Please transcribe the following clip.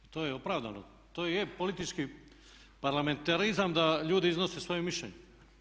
To je opravdano, to je politički parlamentarizam da ljudi iznose svoje mišljenje.